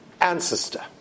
ancestor